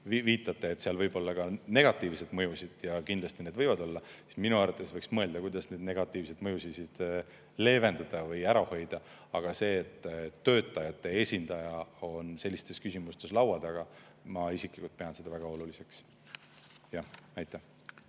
viitate, et seal võib olla ka negatiivseid mõjusid. Kindlasti neid võib olla, aga minu arvates võiks mõelda, kuidas neid negatiivseid mõjusid leevendada või ära hoida. Aga seda, et töötajate esindaja oleks sellistes küsimustes laua taga, ma pean isiklikult väga oluliseks. Ants